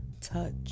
Touch